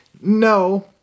No